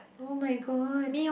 oh-my-god